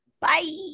bye